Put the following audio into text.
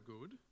good